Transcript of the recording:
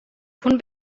cun